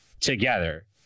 together